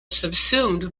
subsumed